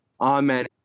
amen